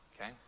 Okay